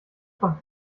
doch